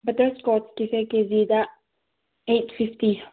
butter ꯏꯁꯀꯣꯠꯀꯤꯁꯦ ꯀꯦ ꯖꯤꯗ ꯑꯩꯠ ꯐꯤꯞꯇꯤ